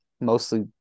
mostly